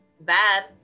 bad